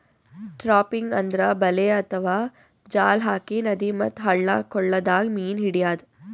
trapping ಅಂದ್ರ ಬಲೆ ಅಥವಾ ಜಾಲ್ ಹಾಕಿ ನದಿ ಮತ್ತ್ ಹಳ್ಳ ಕೊಳ್ಳದಾಗ್ ಮೀನ್ ಹಿಡ್ಯದ್